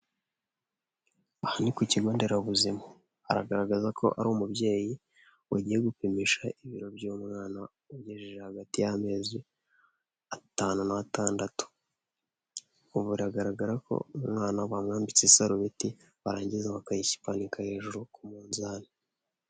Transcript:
Aha ni ku kigo nderabuzima. Haragaragaza ko ari umubyeyi, wagiye gupimisha ibiro by'umwana ugejeje hagati y'amezi atanu n'atandatu, ubu biragaragara ko umwana bamwambitse sarubeti, barangiza bakayimanika hejuru ku munzani.